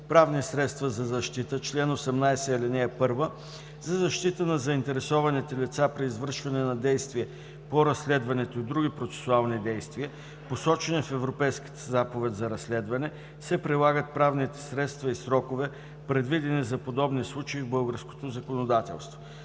„Правни средства за защита Чл. 18. (1) За защита на заинтересованите лица при извършване на действие по разследването и други процесуални действия, посочени в Европейската заповед за разследване, се прилагат правните средства и срокове, предвидени за подобни случаи в българското законодателство.